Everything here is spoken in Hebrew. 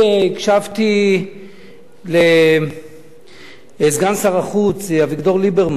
אני הקשבתי לסגן שר החוץ, אביגדור ליברמן.